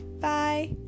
Bye